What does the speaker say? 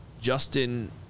Justin